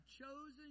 chosen